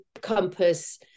compass